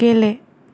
गेले